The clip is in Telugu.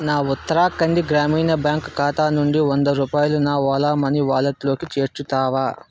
నా ఉత్తరాఖండ్ గ్రామీణ బ్యాంక్ ఖాతా నుండి వంద రూపాయలు నా ఓలా మనీ వాలెట్లోకి చేర్చుతావా